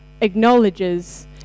acknowledges